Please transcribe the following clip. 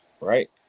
right